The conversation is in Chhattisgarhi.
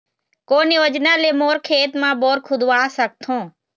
कोन योजना ले मोर खेत मा बोर खुदवा सकथों?